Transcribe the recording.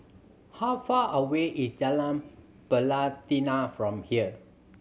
how far away is Jalan Pelatina from here